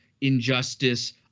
injustice